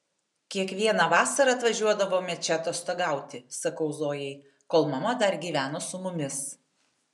kiekvieną vasarą atvažiuodavome čia atostogauti sakau zojai kol mama dar gyveno su mumis